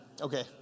Okay